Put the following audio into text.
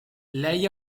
lei